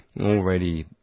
already